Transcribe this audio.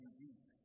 deep